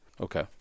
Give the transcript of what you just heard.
Okay